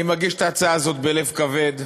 אני מגיש את ההצעה הזאת בלב כבד.